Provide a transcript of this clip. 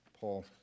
Paul